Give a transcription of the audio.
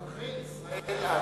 אזרחי ישראל ערבים.